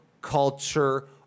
culture